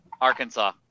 Arkansas